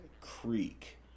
Creek